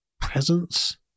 presence